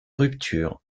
rupture